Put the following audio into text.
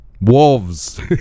Wolves